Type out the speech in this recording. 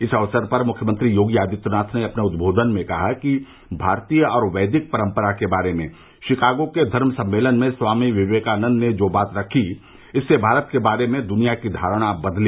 इस अवसर पर मृख्यमंत्री योगी आदित्यनाथ ने अपने उदबोधन में कहा कि भारतीय और वैदिक परम्परा के बारे में शिकागो के धर्म सम्मेलन में स्वामी विवेकानन्द ने जो बात रखी थी इससे भारत के बारे में दुनिया की धारणा बदली